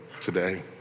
today